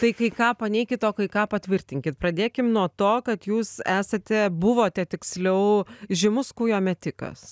tai kai ką paneikit o kai ką patvirtinkit pradėkim nuo to kad jūs esate buvote tiksliau žymus kūjo metikas